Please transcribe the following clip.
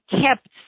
kept